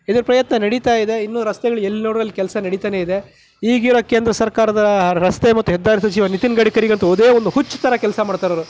ಇದರ ಪ್ರಯತ್ನ ನಡೀತಾಯಿದೆ ಇನ್ನೂ ರಸ್ತೆಗಳು ಎಲ್ಲಿ ನೋಡಿದ್ರೂ ಅಲ್ಲಿ ಕೆಲಸ ನಡೀತಾನೇ ಇದೆ ಈಗಿರೋ ಕೇಂದ್ರ ಸರ್ಕಾರದ ರಸ್ತೆ ಮತ್ತು ಹೆದ್ದಾರಿ ಸಚಿವ ನಿತಿನ್ ಗಡ್ಕರಿಗಂತು ಒಂದೇ ಒಂದು ಹುಚ್ಚ ಥರ ಕೆಲಸ ಮಾಡ್ತಾರವರು